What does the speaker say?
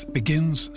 begins